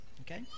Okay